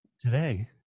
Today